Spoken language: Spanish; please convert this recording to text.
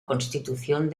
constitución